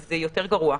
זה יותר גרוע,